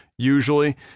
usually